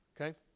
Okay